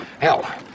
Hell